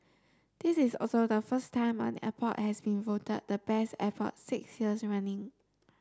this is also the first time an airport has been voted the Best Airport six years running